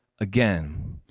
again